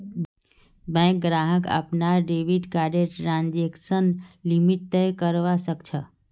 bank ग्राहक अपनार debit कार्डर ट्रांजेक्शन लिमिट तय करवा सख छ